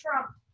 trump